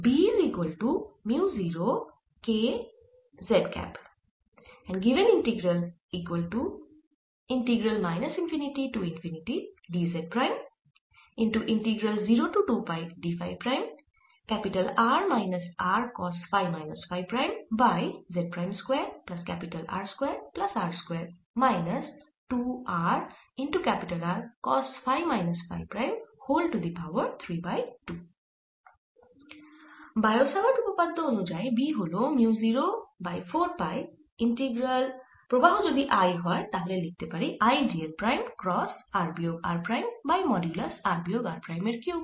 bio Savart উপপাদ্য অনুযায়ী B হল মিউ 0 বাই 4 পাই ইন্টিগ্রাল প্রবাহ যদি I হয় তাহলে লিখতে পারি I dl prime cross r বিয়োগ r prime by modulus r বিয়োগ r প্রাইম কিউব